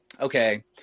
okay